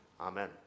Amen